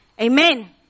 Amen